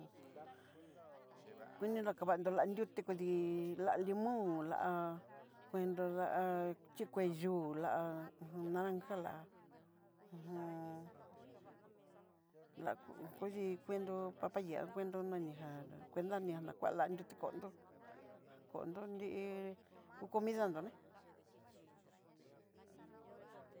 Kuini dakavandó lanriú té kudí la limón, la kuendo lá'a xhikue yúu la naranja lá uju la kudi kuendó papaya kuendó naniján, kuentia ni'á na kua li'a nruté kondó, kondo nrí ku comida nroné.